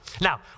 Now